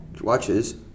watches